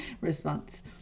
response